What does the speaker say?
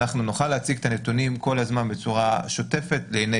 אנחנו נוכל להציג את הנתונים כל הזמן בצורה שוטפת לעיני